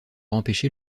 empêcher